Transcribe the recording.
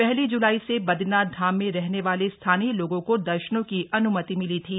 पहली जूलाई से बदरीनाथ धाम में रहने वाले स्थानीय लोगों को दर्शनों को इजाजत मिली थी